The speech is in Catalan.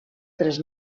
tres